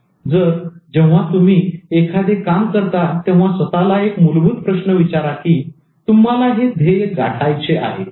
तर जेव्हा तुम्ही एखादे काम करता तेव्हा स्वतःला एक मूलभूत प्रश्न विचारा की तुम्हाला हे ध्येय गाठायचे आहे का